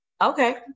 Okay